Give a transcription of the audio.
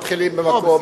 מתחילים במקום,